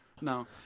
No